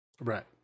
Right